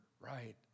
right